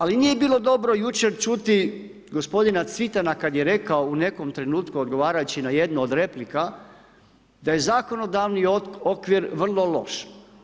Ali nije bilo dobro jučer čuti gospodina Cvitana kad je rekao u nekom trenutku odgovarajući na jednu od replika da je zakonodavni okvir vrlo loš.